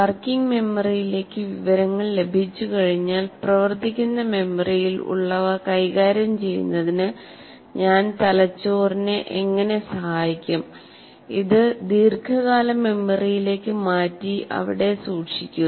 working മെമ്മറിയിലേക്ക് വിവരങ്ങൾ ലഭിച്ചുകഴിഞ്ഞാൽ പ്രവർത്തിക്കുന്ന മെമ്മറിയിൽ ഉള്ളവ കൈകാര്യം ചെയ്യുന്നതിന് ഞാൻ തലച്ചോറിനെ എങ്ങനെ സഹായിക്കും ഇത് ദീർഘകാല മെമ്മറിയിലേക്ക് മാറ്റി അവിടെ സൂക്ഷിക്കുക